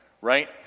right